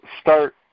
start